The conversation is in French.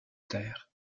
terre